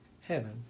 heaven